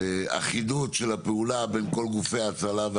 האחידות של הפעולה בין כל גופי ההצלה,